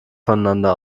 voneinander